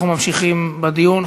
אנחנו ממשיכים בדיון.